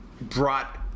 brought